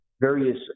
various